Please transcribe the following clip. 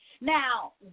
Now